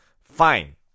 fine